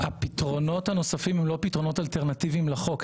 הפתרונות הנוספים הם לא פתרונות אלטרנטיביים לחוק,